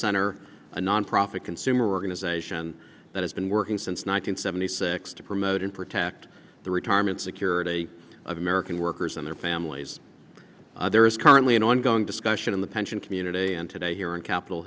center a nonprofit consumer organization that has been working since nine hundred seventy six to promote and protect the retirement security of american workers and their families there is currently an ongoing discussion in the pension community and today here on capitol